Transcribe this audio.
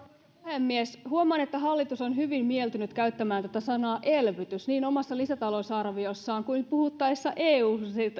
puhemies huomaan että hallitus on hyvin mieltynyt käyttämään tätä sanaa elvytys niin omassa lisätalousarviossaan kuin puhuttaessa euhun